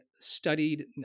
studied